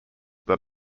that